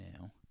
now